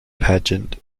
pageant